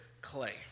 clay